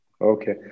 Okay